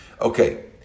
Okay